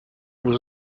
was